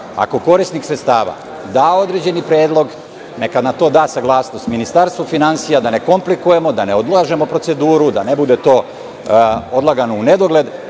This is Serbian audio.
Ako korisnik sredstava da određeni predlog, neka na to da saglasnost Ministarstvo finansija, da ne komplikujemo, da ne odlažemo proceduru, da ne bude to odlagano u nedogled,